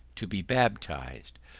to be baptized,